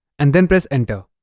and then press enter